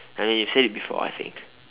I mean you said it before I think